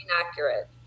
inaccurate